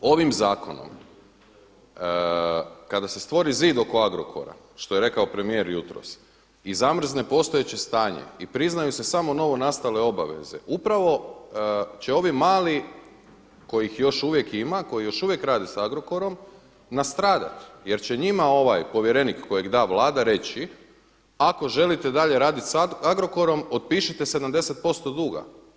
Ovim zakonom kada se stvori zid oko Agrokora što je rekao premijer jutros i zamrzne postojeće stanje i priznaju se samo novo nastale obaveze upravo će ovi mali kojih još uvijek ima, koji još uvijek rade sa Agrokorom nastradat jer će njima povjerenik kojeg da Vlada reći ako želite dalje raditi sa Agrokorom otpišite 70% duga.